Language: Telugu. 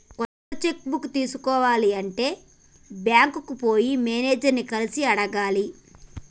కొత్త చెక్కు బుక్ తీసుకోవాలి అంటే బ్యాంకుకు పోయి మేనేజర్ ని కలిసి అడగాలి